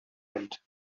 and